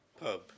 pub